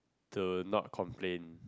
to not complain